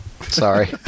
Sorry